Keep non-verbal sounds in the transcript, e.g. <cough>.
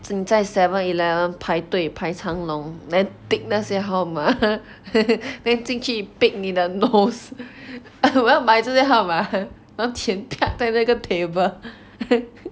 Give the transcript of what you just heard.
在 seven eleven 排队排长龙 then tick 那些号码 <laughs> then 进去 pick 你的 nose <laughs> 我要买这些号码然后钱 <noise> 在那个 table <laughs>